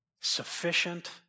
Sufficient